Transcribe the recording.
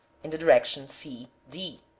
in the direction c, d.